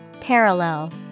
Parallel